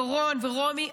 דורון ורומי,